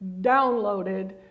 downloaded